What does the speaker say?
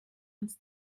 uns